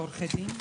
לעורכי הדין?